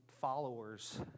followers